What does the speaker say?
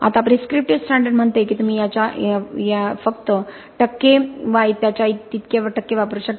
आत्ता prescriptive standard म्हणते की तुम्ही याच्या फक्त इतकी टक्के वा त्याच्या तितके टक्के वापरू शकता